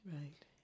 right